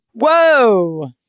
Whoa